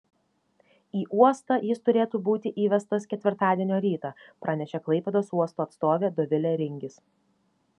į uostą jis turėtų būti įvestas ketvirtadienio rytą pranešė klaipėdos uosto atstovė dovilė ringis